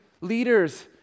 leaders